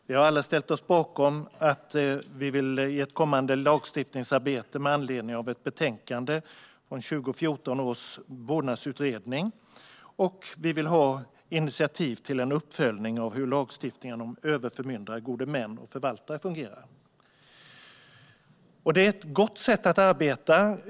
Vi har alla ställt oss bakom ett kommande lagstiftningsarbete med anledning av ett betänkande från 2014 års vårdnadsutredning. Vi vill även ha ett initiativ till en uppföljning av hur lagstiftningen om överförmyndare, gode män och förvaltare fungerar. Detta är ett gott sätt att arbeta.